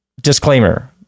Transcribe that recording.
disclaimer